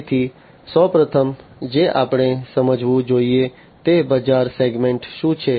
તેથી સૌપ્રથમ જે આપણે સમજવું જોઈએ તે બજાર સેગમેન્ટ શું છે